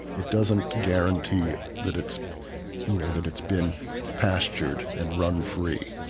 it doesn't guarantee that it's you know that it's been pastured and run free.